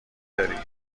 داری